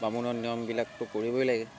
বামুণৰ নিয়মবিলাকতো কৰিবই লাগে